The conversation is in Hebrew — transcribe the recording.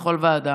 בכל ועדה,